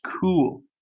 cool